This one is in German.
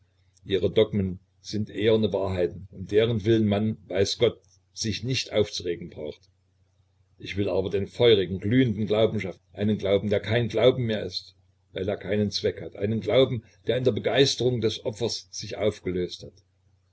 ihre dogmen sind eherne wahrheiten um derenwillen man weiß gott sich nicht aufzuregen braucht ich will aber den feurigen glühenden glauben schaffen einen glauben der kein glauben mehr ist weil er keinen zweck hat einen glauben der in der begeisterung des opfers sich aufgelöst hat